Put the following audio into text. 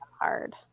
Hard